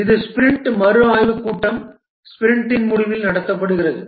இது ஸ்பிரிண்ட் மறுஆய்வுக் கூட்டம் ஸ்பிரிண்டின் முடிவில் நடத்தப்படுகிறது